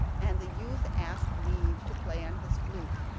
and the youth asked leave to play on his flute.